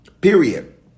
Period